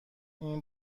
این